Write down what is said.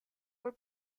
were